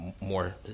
more